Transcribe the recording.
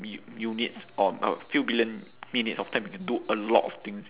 u~ units or a few billion minutes of time you can do a lot of things